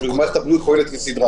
מערכת הבריאות פועלת כסדרה